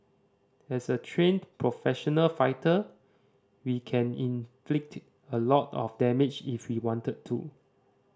as a trained professional fighter we can inflict a lot of damage if we wanted to